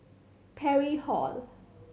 Parry Hall